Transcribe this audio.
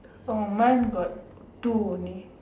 oh mine got two only